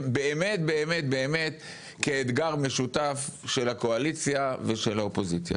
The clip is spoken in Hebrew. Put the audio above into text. באמת-באמת-באמת כאתגר משותף של הקואליציה ושל האופוזיציה.